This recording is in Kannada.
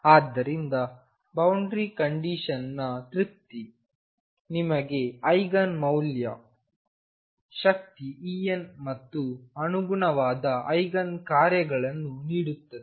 ಆದ್ದರಿಂದ ಬೌಂಡರಿ ಕಂಡಿಶನ್ ನ ತೃಪ್ತಿ ನಿಮಗೆ ಐಗನ್ ಮೌಲ್ಯಗಳ ಶಕ್ತಿEn ಮತ್ತು ಅನುಗುಣವಾದ ಐಗನ್ ಕಾರ್ಯಗಳನ್ನು ನೀಡುತ್ತದೆ